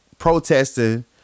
protesting